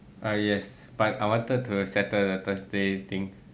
err yes but I wanted to settle the thursday thing